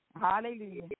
Hallelujah